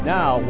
Now